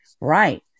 Right